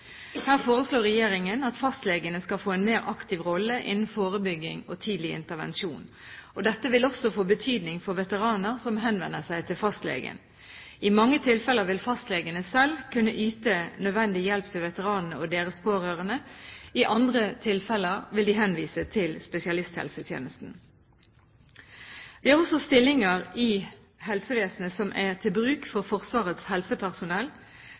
Her foreslår regjeringen at fastlegene skal få en mer aktiv rolle innen forebygging og tidlig intervensjon. Dette vil også få betydning for veteraner som henvender seg til fastlegen. I mange tilfeller vil fastlegene selv kunne yte nødvendig hjelp til veteranene og deres pårørende. I andre tilfeller vil de henvise til spesialisthelsetjenesten. Vi har også stillinger i helsevesenet som er til bruk for Forsvarets helsepersonell